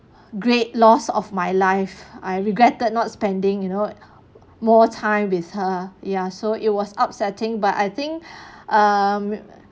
great loss of my life I regretted not spending you know more time with her ya so it was upsetting but I think um